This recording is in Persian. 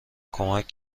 کمک